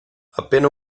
appena